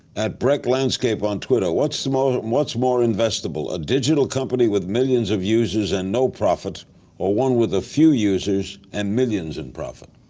brecklandscape on twitter what's more what's more investable a digital company with millions of users and no profit or one with a few users and millions in profit?